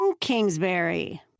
Kingsbury